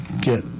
get